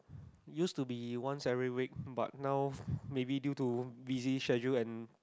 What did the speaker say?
used to be once every week but now maybe due to busy schedule and